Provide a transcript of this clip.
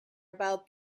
about